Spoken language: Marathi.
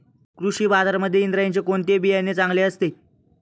कृषी बाजारांमध्ये इंद्रायणीचे कोणते बियाणे चांगले असते?